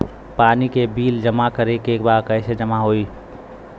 पानी के बिल जमा करे के बा कैसे जमा होई?